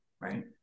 right